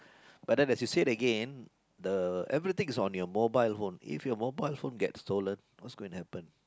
but then as you say again the everything is on your mobile phone if your mobile phone get stolen what's going to happen